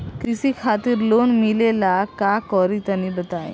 कृषि खातिर लोन मिले ला का करि तनि बताई?